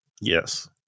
yes